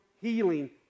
healing